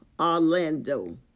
Orlando